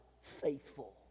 faithful